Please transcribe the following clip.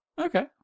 Okay